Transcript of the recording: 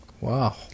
Wow